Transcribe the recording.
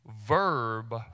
verb